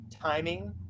timing